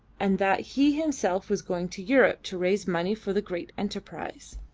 and that he himself was going to europe to raise money for the great enterprise.